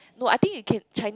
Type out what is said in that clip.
no I think you can Chinese